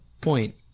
point